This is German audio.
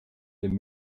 dem